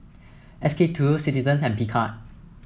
S K two Citizens and Picard